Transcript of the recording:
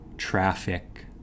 traffic